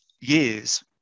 years